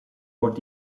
wordt